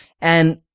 And-